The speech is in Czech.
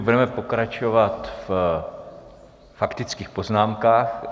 Budeme pokračovat ve faktických poznámkách.